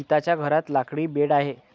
गीताच्या घरात लाकडी बेड आहे